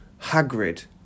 Hagrid